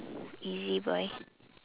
ezbuy